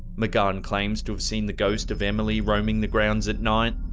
magann claims to have seen the ghost of emily roaming the grounds at night.